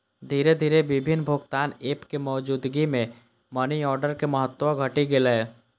धीरे धीरे विभिन्न भुगतान एप के मौजूदगी मे मनीऑर्डर के महत्व घटि गेलै